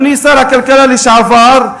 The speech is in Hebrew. אדוני שר הכלכלה לשעבר,